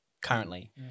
currently